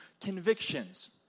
convictions